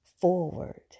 forward